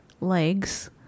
legs